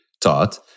taught